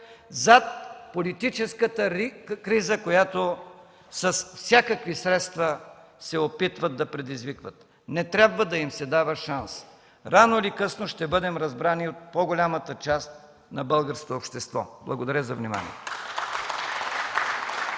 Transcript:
зад политическата криза, която с всякакви средства се опитват да предизвикват. Не трябва да им се дава шанс! Рано или късно ще бъдем разбрани от по-голямата част на българското общество. Благодаря за вниманието.